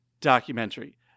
documentary